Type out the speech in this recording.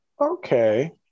Okay